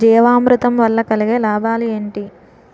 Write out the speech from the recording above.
జీవామృతం వల్ల కలిగే లాభాలు ఏంటి?